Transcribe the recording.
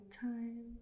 time